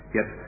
Yes